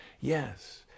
Yes